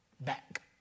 back